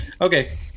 Okay